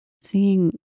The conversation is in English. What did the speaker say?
seeing